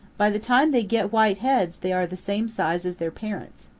by the time they get white heads they are the same size as their parents.